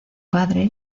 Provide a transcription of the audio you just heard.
padre